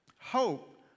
hope